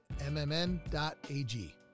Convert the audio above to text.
mmn.ag